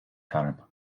term